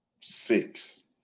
six